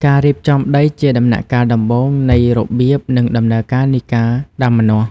ការរៀបចំដីជាដំណាក់កាលដំបូងនៃរបៀប និង ដំណើរការនៃការដាំម្នាស់។